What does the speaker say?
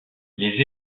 les